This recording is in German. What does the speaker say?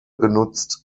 genutzt